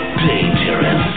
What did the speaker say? dangerous